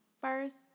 first